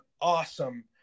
awesome